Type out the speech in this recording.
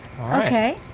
Okay